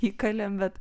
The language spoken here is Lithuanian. įkalėm bet